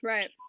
Right